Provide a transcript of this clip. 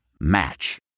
Match